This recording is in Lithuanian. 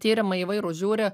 tyrimai įvairūs žiūri